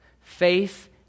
Faith